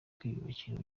kwiyubakira